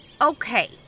Okay